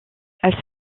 elle